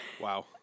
Wow